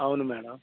అవును మ్యాడమ్